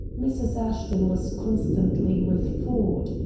mrs. ashton was constantly with ford.